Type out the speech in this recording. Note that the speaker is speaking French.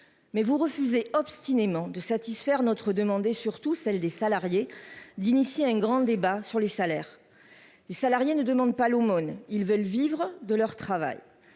mais vous refusez obstinément de satisfaire notre demande, surtout celle des salariés d'initier un grand débat sur les salaires, les salariés ne demande pas l'aumône, ils veulent vivre de leur travail,